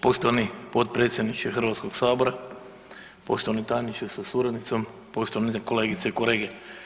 Poštovani potpredsjedniče Hrvatskog sabora, poštovani tajniče sa suradnicom, poštovane kolegice i kolege.